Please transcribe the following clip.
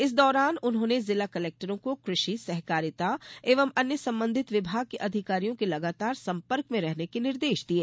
इस दौरान उन्होंने जिला कलेक्टरों को कृषि सहकारिता एवं अन्य संबंधित विभाग के अधिकारियों के लगातार संपर्क में रहने के निर्देश दिये